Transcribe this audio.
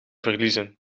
verliezen